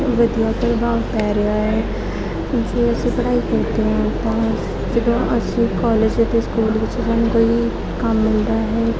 ਵਧੀਆ ਪ੍ਰਭਾਵ ਪੈ ਰਿਹਾ ਹੈ ਜੇ ਅਸੀਂ ਪੜ੍ਹਾਈ ਕਰਦੇ ਹਾਂ ਤਾਂ ਜਦੋਂ ਅਸੀਂ ਕੋਲੇਜ ਅਤੇ ਸਕੂਲ ਵਿੱਚ ਸਾਨੂੰ ਕੋਈ ਕੰਮ ਮਿਲਦਾ ਹੈ